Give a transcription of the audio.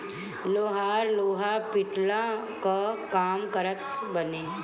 लोहार लोहा पिटला कअ काम करत बाने